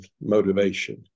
motivation